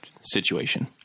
situation